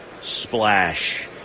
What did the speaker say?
splash